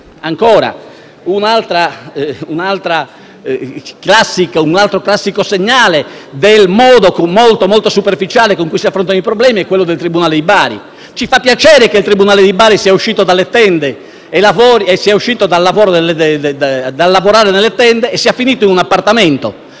Governo. Un altro classico segnale del modo davvero molto superficiale con cui si affrontano i problemi è quello relativo al tribunale di Bari. Ci fa piacere che il tribunale di Bari non debba più lavorare nelle tende e che sia finito in un appartamento.